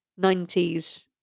90s